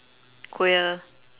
queer